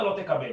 לא תקבל.